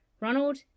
Ronald